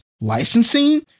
licensing